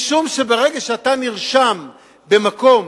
משום שברגע שאתה נרשם במקום